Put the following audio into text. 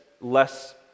less